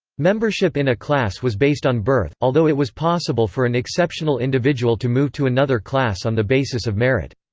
membership in a class was based on birth, although it was possible for an exceptional individual to move to another class on the basis of merit.